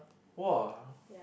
!wah!